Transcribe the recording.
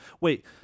Wait